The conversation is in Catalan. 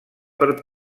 per